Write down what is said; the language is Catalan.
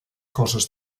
coses